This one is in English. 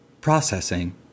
Processing